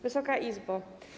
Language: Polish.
Wysoka Izbo!